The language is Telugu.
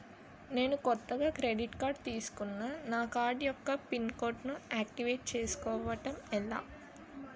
నేను కొత్తగా క్రెడిట్ కార్డ్ తిస్కున్నా నా కార్డ్ యెక్క పిన్ కోడ్ ను ఆక్టివేట్ చేసుకోవటం ఎలా?